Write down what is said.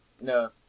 No